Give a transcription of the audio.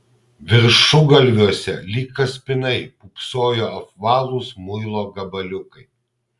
viršugalviuose lyg kaspinai pūpsojo apvalūs muilo gabaliukai